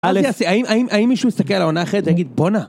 אז תעשי, האם מישהו יסתכל על העונה אחרת ויגיד בוא'נה